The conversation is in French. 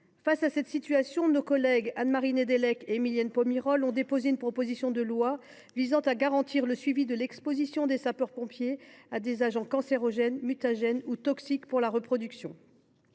Face à cette situation, nos collègues Anne Marie Nédélec et Émilienne Poumirol ont déposé une proposition de loi visant à garantir le suivi de l’exposition des sapeurs pompiers à des agents cancérogènes, mutagènes ou toxiques pour la reproduction.